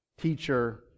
teacher